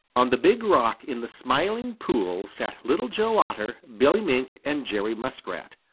on the big rock in the smiling pool sat little joe otter, billy mink, and jerry muskrat.